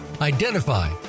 identify